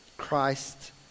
Christ